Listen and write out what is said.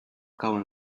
cauen